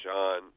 John